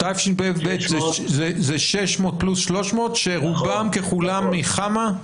זה 600 פלוס 300, שרובם ככולם מחמ"ע?